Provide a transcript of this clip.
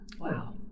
Wow